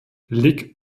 lig